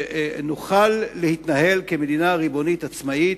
ורוצים להתנהל כמדינה ריבונית עצמאית,